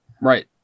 Right